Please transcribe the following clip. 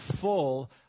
full